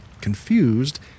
confused